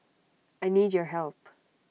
I need your help